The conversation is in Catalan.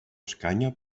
escanya